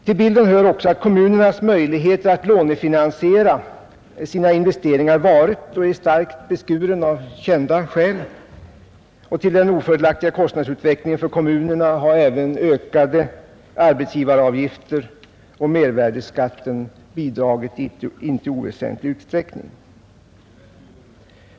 Till bilden hör också att kommunernas möjligheter att lånefinansiera sina investeringar varit och är av kända skäl starkt beskurna och till den ofördelaktiga kostnadsutvecklingen för kommunerna har även ökade arbetsgivaravgifter och mervärdeskatten bidragit i inte oväsentlig utsträckning.